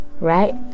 Right